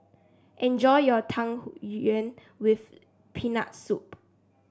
enjoy your Tang Yuen with Peanut Soup